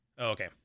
okay